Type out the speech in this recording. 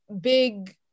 big